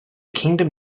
kingdom